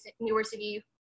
university